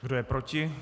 Kdo je proti?